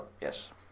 Yes